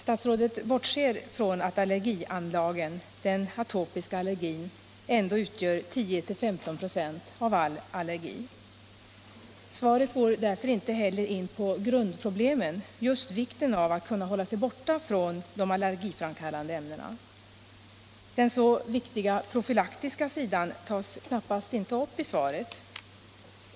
Statsrådet bortser från att allergianlagen — den atopiska allergin — utgör 10-15 96 av all allergi. Svaret går därför inte heller in på grundproblemen, nämligen vikten av att kunna hålla sig borta från de allergiframkallande ämnena. Den så viktiga profylaktiska sidan tas knappast upp alls i svaret.